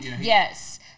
Yes